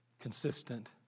consistent